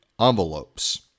envelopes